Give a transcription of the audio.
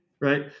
Right